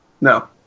No